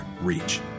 reach